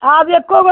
आब एको बेर